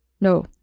No